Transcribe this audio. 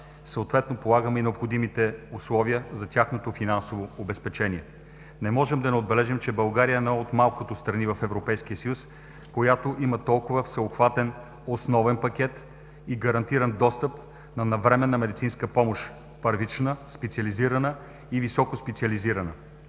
Съответно полагаме необходимите условия за тяхното финансово обезпечение. Не можем да не отбележим, че България е една от малкото страни в Европейския съюз, която има толкова всеобхватен основен пакет и гарантиран достъп на навременна медицинска помощ – първична, специализирана и високоспециализирана.